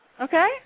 Okay